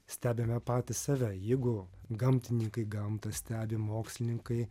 stebime patys save jeigu gamtininkai gamtą stebi mokslininkai